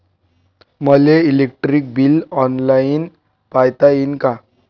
मले electric bill online पायता येईन का?